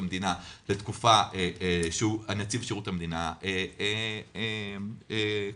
המדינה לתקופה שנציב שירות המדינה קובע.